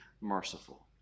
merciful